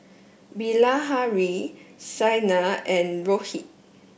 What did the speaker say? Bilahari Saina and Rohit